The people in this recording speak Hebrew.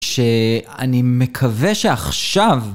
שאני מקווה שעכשיו...